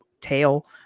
tail